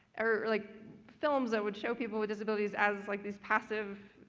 or like films that would show people with disabilities as like these passive,